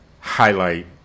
highlight